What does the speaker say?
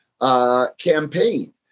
campaign